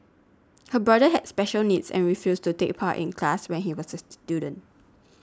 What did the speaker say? her brother had special needs and refused to take part in class when he was a student